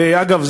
ואגב,